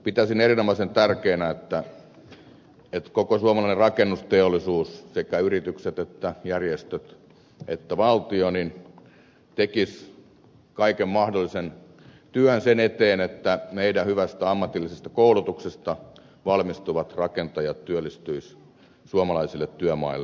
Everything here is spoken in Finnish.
pitäisin erinomaisen tärkeänä että koko suomalainen rakennusteollisuus sekä yritykset järjestöt että valtio tekisivät kaiken mahdollisen työn sen eteen että meidän hyvästä ammatillisesta koulutuksestamme valmistuvat rakentajat työllistyisivät suomalaisille työmaille